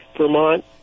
Vermont